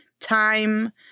time